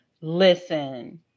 Listen